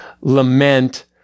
lament